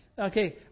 Okay